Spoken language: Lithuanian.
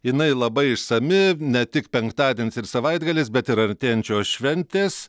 jinai labai išsami ne tik penktadienis ir savaitgalis bet ir artėjančios šventės